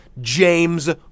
James